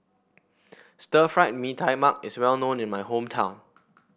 Stir Fried Mee Tai Mak is well known in my hometown